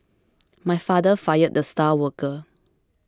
my father fired the star worker